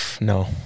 No